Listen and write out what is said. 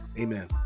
Amen